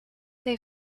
they